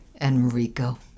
Enrico